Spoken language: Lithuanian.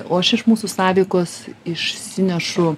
o aš iš mūsų sąveikos išsinešu